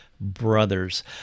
brothers